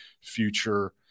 future